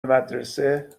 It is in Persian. مدرسه